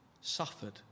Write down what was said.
suffered